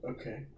Okay